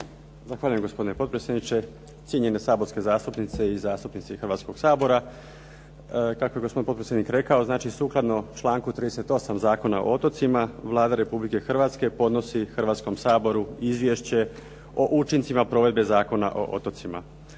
Zahvaljujem. Gospodine potpredsjedniče, cijenjene saborske zastupnice i zastupnici Hrvatskoga sabora. Kako je gospodin potpredsjednik rekao znači sukladno članku 38. Zakona o otocima Vlada Republike Hrvatske podnosi Hrvatskom saboru Izvješće o učincima provedbe Zakona o otocima.